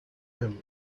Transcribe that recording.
him